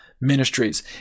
Ministries